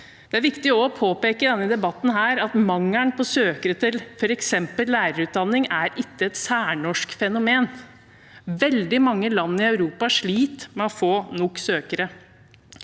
Det er også viktig å påpeke i denne debatten at mangelen på søkere til f.eks. lærerutdanning ikke er et særnorsk fenomen. Veldig mange land i Europa sliter med å få nok søkere.